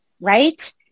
right